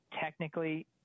technically